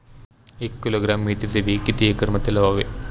एक किलोग्रॅम मेथीचे बी किती एकरमध्ये लावावे?